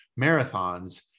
marathons